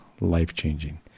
life-changing